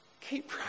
keep